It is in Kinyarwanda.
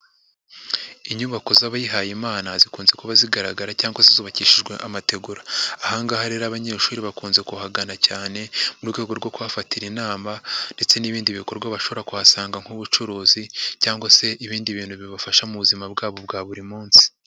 Inyubako z'abihaye imana zikunze kuba zigaragara cyangwa zubakishijwe amategura, aha ngaha rero abanyeshuri bakunze kuhagana cyane mu rwego rwo kuhafatira inama ndetse n'ibindi bikorwa bashobora kuhasanga nk'ubucuruzi cyangwa se ibindi bintu bibafasha mu buzima bwabo bwa buri munsi.